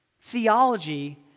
theology